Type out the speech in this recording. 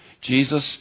Jesus